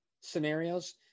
scenarios